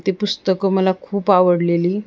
ते पुस्तकं मला खूप आवडलेली